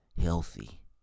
healthy